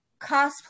cosplay